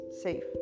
safe